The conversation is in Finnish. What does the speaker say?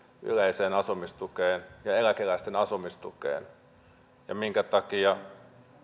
yleiseen asumistukeen ja eläkeläisten asumistukeen minkä takia